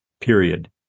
period